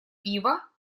пива